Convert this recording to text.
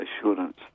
assurance